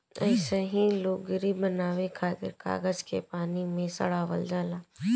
अइसही लुगरी बनावे खातिर कागज के पानी में सड़ावल जाला